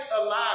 alive